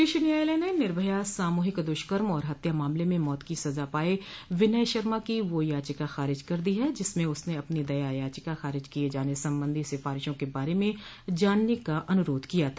शीर्ष न्यायालय ने निर्भया सामूहिक दुष्कर्म और हत्या मामले में मौत की सजा पाए विनय शर्मा की वह याचिका खारिज कर दी है जिसमें उसने अपनी दया याचिका खारिज किये जाने संबंधी सिफारिशों के बारे में जानने का अनुरोध किया था